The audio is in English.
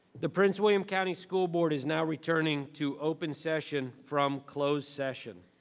the prince william county school board is now returning to open session from closed session.